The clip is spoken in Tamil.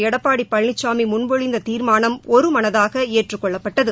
எடப்பாடி பழனிசாமி முன்மொழிந்த தீாமானம் ஒருமனதாக ஏற்றுக்கொள்ளப்பட்டது